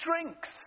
drinks